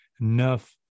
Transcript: enough